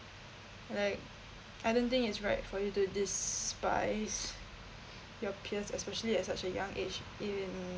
like I don't think it's right for you to despise your peers especially at such a young age in